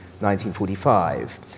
1945